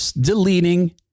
deleting